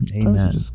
Amen